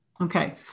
Okay